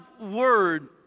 word